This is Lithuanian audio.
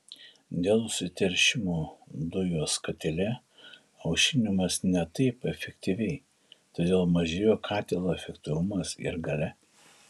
dėl užsiteršimo dujos katile aušinamos ne taip efektyviai todėl mažėja katilo efektyvumas ir galia